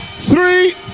three